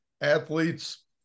athletes